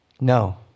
No